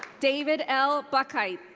david l. buckheit.